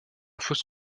fosse